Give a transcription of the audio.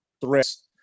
threats